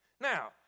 Now